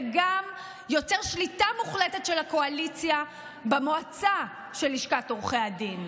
וגם יוצר שליטה מוחלטת של הקואליציה במועצה של לשכת עורכי הדין.